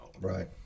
right